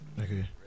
Okay